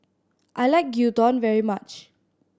I like Gyudon very much